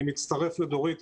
אני מצטרף לדורית.